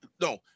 no